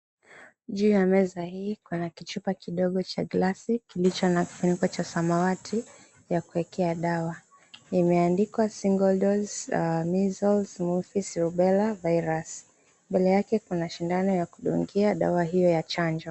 Juu ya meza hii kuna kichupa kidogo cha glasi, kilicho na kifuniko cha samawati ya kuekea dawa, imeandikwa Single Dose, Measles, Mumps, Rubella Virus. Mbele yake kuna sindano ya kudungia dawa hiyo ya chanjo.